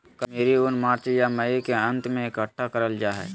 कश्मीरी ऊन मार्च या मई के अंत में इकट्ठा करल जा हय